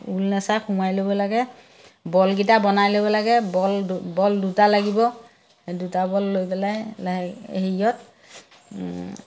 ঊল নেচা সোমাই ল'ব লাগে বলকিটা বনাই ল'ব লাগে বল বল দুটা লাগিব সেই দুটা বল লৈ পেলাই হেৰিয়ত